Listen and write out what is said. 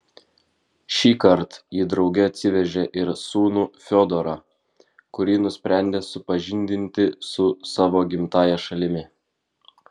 šįkart ji drauge atsivežė ir sūnų fiodorą kurį nusprendė supažindinti su savo gimtąja šalimi